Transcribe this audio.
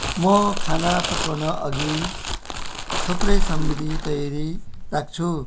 म खाना पकाउनअघि थुप्रै सामग्री तयारी राख्छु